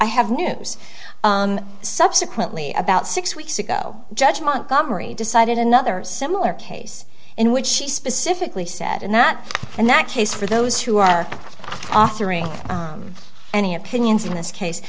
i have news subsequently about six weeks ago judge montgomery decided another similar case in which she specifically said in that in that case for those who are offering any opinions in this case